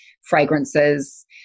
fragrances